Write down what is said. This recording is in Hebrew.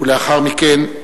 לאחר מכן,